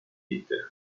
idi